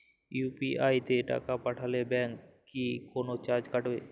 UPI তে টাকা পাঠালে ব্যাংক কি কোনো চার্জ কাটে?